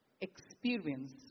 experience